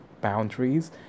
boundaries